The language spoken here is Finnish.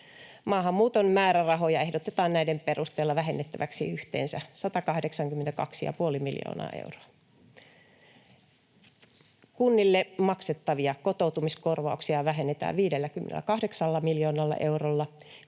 Maahanmuuton määrärahoja ehdotetaan näiden perusteella vähennettäväksi yhteensä 182,5 miljoonaa euroa. Kunnille maksettavia kotoutumiskorvauksia vähennetään 58 miljoonalla eurolla.